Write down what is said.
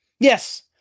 Yes